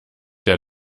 der